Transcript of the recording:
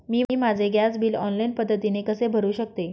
मी माझे gas bill online पद्धतीने कसे भरु शकते?